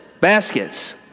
baskets